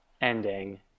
ending